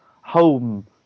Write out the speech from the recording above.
home